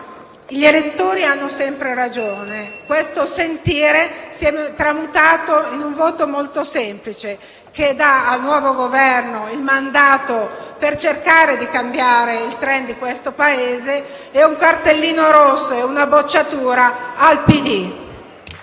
gli elettori hanno sempre ragione: questo sentire si è tramutato in un voto molto semplice, che dà al nuovo Governo il mandato per cercare di cambiare il *trend* di questo Paese e un cartellino rosso e una bocciatura al PD.